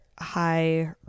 high